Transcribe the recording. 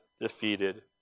defeated